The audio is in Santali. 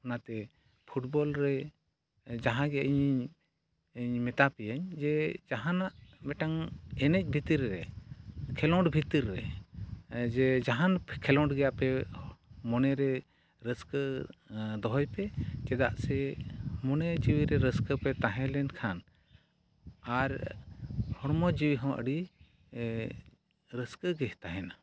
ᱚᱱᱟᱛᱮ ᱯᱷᱩᱴᱵᱚᱞᱨᱮ ᱡᱟᱦᱟᱜᱮ ᱤᱧᱤᱧ ᱤᱧ ᱢᱮᱛᱟᱯᱤᱭᱟᱹᱧ ᱡᱮ ᱡᱟᱦᱟᱱᱟᱜ ᱢᱤᱫᱴᱟᱝ ᱮᱱᱮᱡ ᱵᱷᱤᱛᱨᱤᱨᱮ ᱠᱷᱮᱞᱳᱸᱰ ᱵᱷᱤᱛᱤᱨ ᱨᱮ ᱡᱮ ᱡᱟᱦᱟᱱ ᱠᱷᱮᱞᱳᱰ ᱜᱮ ᱟᱯᱮ ᱢᱚᱱᱮᱨᱮ ᱨᱟᱹᱥᱠᱟᱹ ᱫᱚᱦᱚᱭᱯᱮ ᱪᱮᱫᱟᱜ ᱥᱮ ᱢᱚᱱᱮ ᱡᱤᱣᱤᱨᱮ ᱨᱟᱹᱥᱠᱟᱹᱯᱮ ᱛᱟᱦᱮᱸ ᱞᱮᱱᱠᱷᱟᱱ ᱟᱨ ᱦᱚᱲᱢᱚ ᱡᱤᱣᱤᱦᱚᱸ ᱟᱹᱰᱤ ᱨᱟᱥᱹᱠᱟᱹᱜᱮ ᱛᱟᱦᱮᱱᱟ